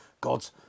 God's